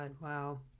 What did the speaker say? wow